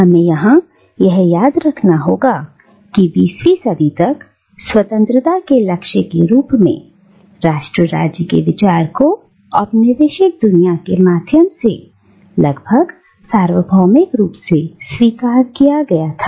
और हमें यहां यह याद रखना होगा कि बीसवीं सदी तक स्वतंत्रता के लक्ष्य के रूप में राष्ट्र राज्य के विचार को औपनिवेशिक दुनिया के माध्यम से लगभग सार्वभौमिक रूप से स्वीकार किया गया था